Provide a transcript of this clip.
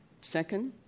Second